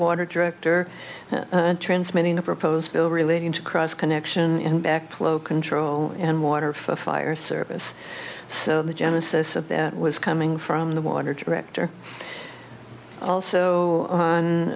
water director transmitting a proposed bill relating to cross connection and back flow control and water for fire service so the genesis of that was coming from the water director also on